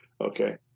Okay